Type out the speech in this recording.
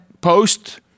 post